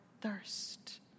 thirst